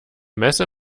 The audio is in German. messe